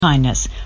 Kindness